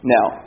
Now